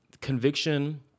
Conviction